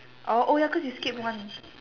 oh oh ya cause you skipped one